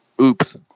oops